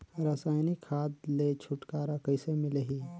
रसायनिक खाद ले छुटकारा कइसे मिलही?